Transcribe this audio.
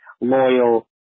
Loyal